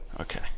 Okay